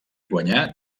guanyar